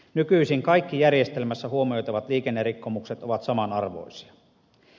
nykyisin kaikki järjestelmässä huomioitavat liikennerikkomukset ovat samanarvoisia